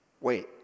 wait